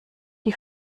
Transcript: die